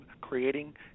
creating